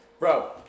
Bro